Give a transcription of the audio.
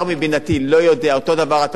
עם הבריאות,